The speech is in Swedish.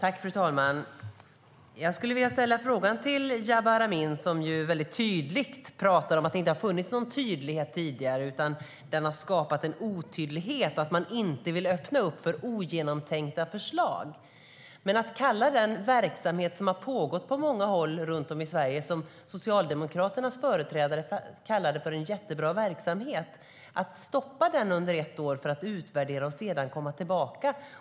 Fru talman! Jabar Amin var väldigt tydlig med att det inte har funnits någon tydlighet tidigare, att det har skapats en otydlighet och att man inte vill öppna upp för ogenomtänkta förslag. Socialdemokraternas företrädare kallade den verksamhet som har pågått på många håll runt om i Sverige för en jättebra verksamhet. Den ska nu stoppas under ett år för att utvärdera och sedan komma tillbaka.